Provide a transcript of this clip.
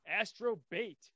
astro-bait